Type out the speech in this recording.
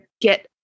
get